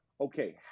okay